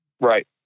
Right